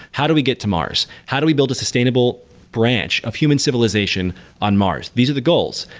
how do we get to mars? how do we build a sustainable branch of human civilization on mars? these are the goals,